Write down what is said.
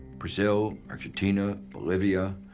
brazil, argentina, bolivia,